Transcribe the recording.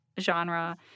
genre